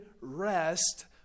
rest